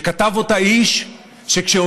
שכתב אותה איש שכשאותנו,